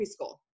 preschool